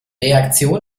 reaktion